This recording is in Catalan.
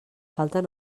falten